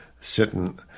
sitting